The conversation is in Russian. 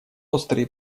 острые